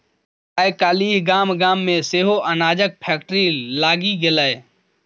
आय काल्हि गाम गाम मे सेहो अनाजक फैक्ट्री लागि गेलै